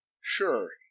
Sure